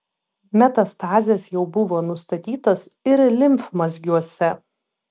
metastazės jau buvo nustatytos ir limfmazgiuose